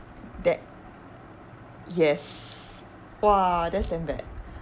that yes !wah! that's damn bad